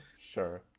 sure